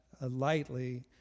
lightly